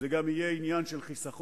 אלא גם עניין של חיסכון,